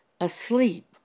asleep